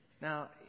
Now